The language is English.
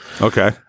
Okay